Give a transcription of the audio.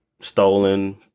stolen